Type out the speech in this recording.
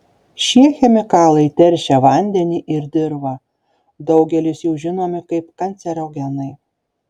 šie chemikalai teršia vandenį ir dirvą daugelis jų žinomi kaip kancerogenai